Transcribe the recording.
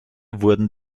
wurden